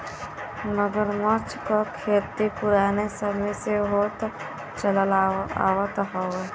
मगरमच्छ क खेती पुराने समय से होत चलत आवत हउवे